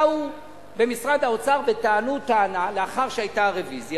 באו במשרד האוצר וטענו טענה, לאחר שהיתה הרוויזיה